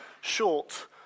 short